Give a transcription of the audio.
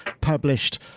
published